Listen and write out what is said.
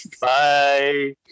Bye